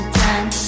time